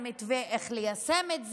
אין להם מתווה איך ליישם את זה,